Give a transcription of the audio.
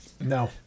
No